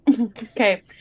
Okay